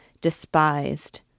despised